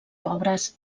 pobres